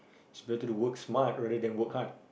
it's better to work smart rather than work hard